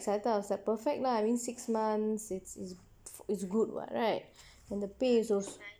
I thought it was perfect lah I mean six months it's it's good [what] right then the pay also